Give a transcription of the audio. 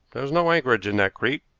there's no anchorage in that creek,